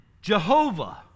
Jehovah